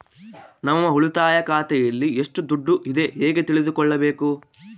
ನಮ್ಮ ಉಳಿತಾಯ ಖಾತೆಯಲ್ಲಿ ಎಷ್ಟು ದುಡ್ಡು ಇದೆ ಹೇಗೆ ತಿಳಿದುಕೊಳ್ಳಬೇಕು?